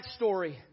backstory